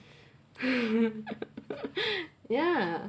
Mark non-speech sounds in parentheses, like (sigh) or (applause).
(laughs) yeah